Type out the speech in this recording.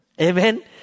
Amen